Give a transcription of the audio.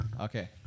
Okay